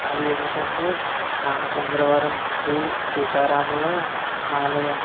అవి ఏమిటంటే రామచంద్రవరం శ్రీ సీతారాముల ఆలయం